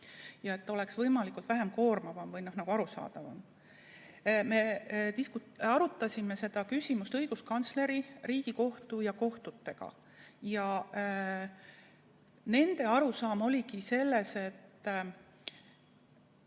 oleks võimalikult vähe koormav ja võimalikult arusaadav. Me arutasime seda küsimust õiguskantsleri, Riigikohtu ja kohtutega ning nende arusaam oligi selline, et